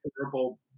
terrible